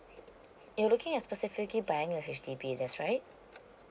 you looking at specifically buying a H_D_B that's right